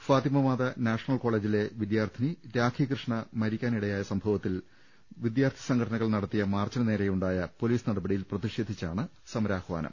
Fathima Mata national കോളേജിലെ വിദ്യാർത്ഥിനി രാഖികൃഷ്ണ മരിക്കാനിടയായ സംഭവത്തിൽ വിദ്യാർത്ഥി സംഘടനകൾ നടത്തിയ മാർച്ചിനുനേരെ ഉണ്ടായ പൊലീസ് നടപടിയിൽ പ്രതിഷേധിച്ചാണ് സമരാഹ്വാനം